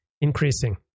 increasing